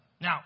Now